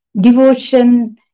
Devotion